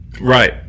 Right